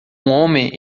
homem